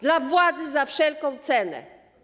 Dla władzy za wszelką cenę.